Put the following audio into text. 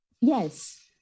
yes